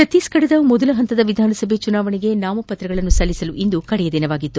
ಛತ್ತೀಸ್ಗಢದ ಮೊದಲ ಪಂತದ ವಿಧಾನಸಭಾ ಚುನಾವಣೆಗೆ ನಾಮಪ್ರತಗಳನ್ನು ಸಲ್ಲಿಸಲು ಇಂದು ಕಡೆ ದಿನವಾಗಿತ್ತು